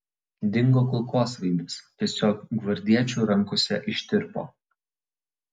dingo kulkosvaidis tiesiog gvardiečių rankose ištirpo